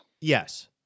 Yes